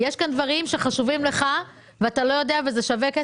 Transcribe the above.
יש כאן דברים שחשובים לך ואתה לא יודע וזה שווה כסף,